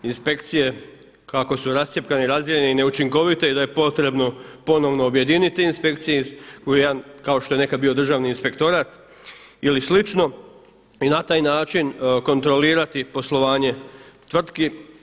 Inspekcije kako su rascjepkane i razdijeljene i neučinkovite i da je potrebno ponovno objedinit te inspekcije u jedan kao što je nekad bio državni inspektorat ili slično i na taj način kontrolirati poslovanje tvrtki.